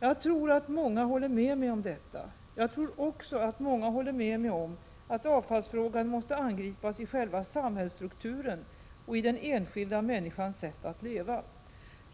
Jag tror att många håller med mig om detta. Jag tror också att många håller med mig om att avfallsfrågan måste angripas i själva samhällsstrukturen och i den enskilda människans sätt att leva.